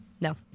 No